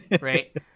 Right